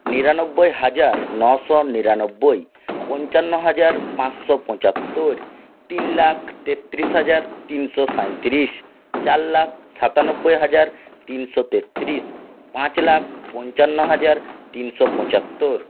নিরানব্বই হাজার নশো নিরানব্বই পঞ্চান্ন হাজার পাঁচশো পঁচাত্তর তিন লাখ তেত্রিশ হাজার তিনশো সাঁইত্রিশ চার লাখ সাতানব্বই হাজার তিনশো তেত্রিশ পাঁচ লাখ পঞ্চান্ন হাজার তিনশো পঁচাত্তর